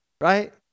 Right